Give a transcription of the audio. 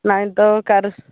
ନାଇଁ ତ ଚାରୁ